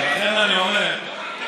לכן אני אומר,